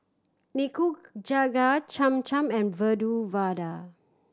Nikujaga Cham Cham and Medu Vada